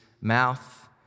mouth